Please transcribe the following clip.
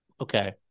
Okay